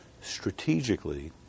strategically